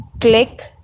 click